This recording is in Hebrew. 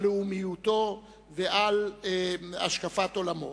על לאומיותו ועל השקפת עולמו.